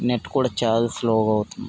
net కూడా చాలా slow అవుతుంది